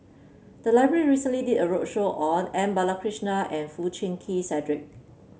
the library recently did a roadshow on M Balakrishnan and Foo Chee Keng Cedric